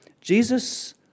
Jesus